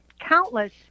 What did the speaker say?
countless